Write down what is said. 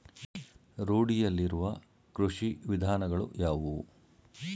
ರೂಢಿಯಲ್ಲಿರುವ ಕೃಷಿ ವಿಧಾನಗಳು ಯಾವುವು?